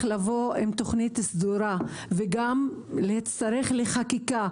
לבוא עם תוכנית סדורה וגם יש צורך בחקיקה,